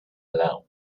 alone